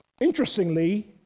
Interestingly